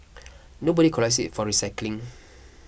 nobody collects it for recycling